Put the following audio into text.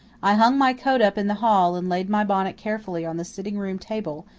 i hung my coat up in the hall and laid my bonnet carefully on the sitting-room table,